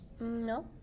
No